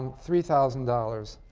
three thousand dollars